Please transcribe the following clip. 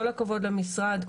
וכל הכבוד למשרד,